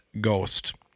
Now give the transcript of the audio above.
ghost